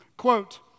Quote